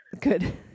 Good